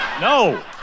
No